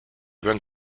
went